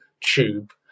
tube